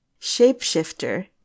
Shapeshifter